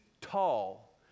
tall